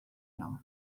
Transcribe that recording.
nhw